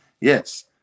yes